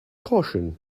caution